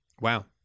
Wow